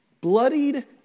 bloodied